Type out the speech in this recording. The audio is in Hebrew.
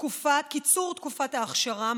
קיצור תקופת האכשרה,